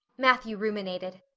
matthew ruminated.